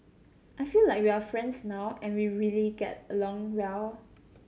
I feel like we are friends now and we really get along well